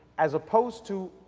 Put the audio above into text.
as opposed to,